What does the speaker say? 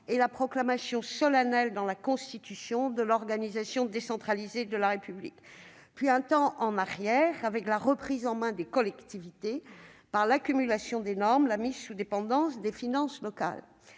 et la proclamation solennelle, dans la Constitution, de l'organisation décentralisée de la République. Le second a été un temps en arrière, avec la reprise en main des collectivités par l'accumulation des normes et la mise sous dépendance des finances locales.